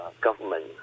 government